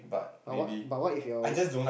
but what but what if your